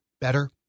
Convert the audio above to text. better